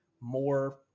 more